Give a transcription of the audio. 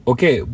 Okay